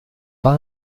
pas